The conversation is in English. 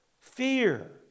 Fear